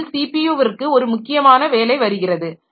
இடையில் ஸிபியுவிற்க்கு ஒரு முக்கியமான வேலை வருகிறது